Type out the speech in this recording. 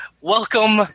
Welcome